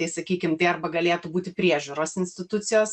tai sakykim tai arba galėtų būti priežiūros institucijos